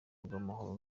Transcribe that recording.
rw’amahoro